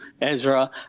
Ezra